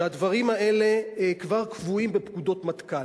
שהדברים האלה כבר קבועים בפקודות מטכ"ל.